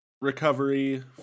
recovery